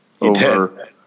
over